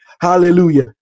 hallelujah